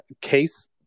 case